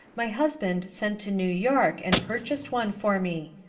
my husband sent to new york and purchased one for me.